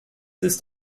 ist